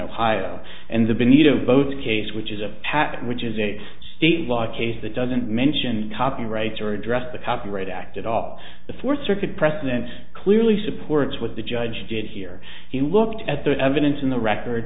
ohio and the benita votes case which is a patent which is a state law case that doesn't mention copyrights or address the copyright act at all the fourth circuit precedent clearly supports what the judge did here he looked at the evidence in the record